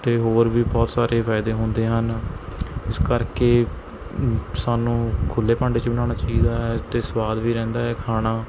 ਅਤੇ ਹੋਰ ਵੀ ਬਹੁਤ ਸਾਰੇ ਫਾਇਦੇ ਹੁੰਦੇ ਹਨ ਇਸ ਕਰਕੇ ਸਾਨੂੰ ਖੁੱਲੇ ਭਾਂਡੇ 'ਚ ਬਣਾਉਣਾ ਚਾਹੀਦਾ ਹੈ ਅਤੇ ਸਵਾਦ ਵੀ ਰਹਿੰਦਾ ਹੈ ਖਾਣਾ